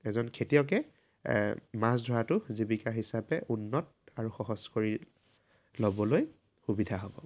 এজন খেতিয়কে মাছ ধৰাটো জীৱিকা হিচাপে উন্নত আৰু সহজ কৰি ল'বলৈ সুবিধা হ'ব